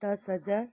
दस हजार